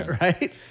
Right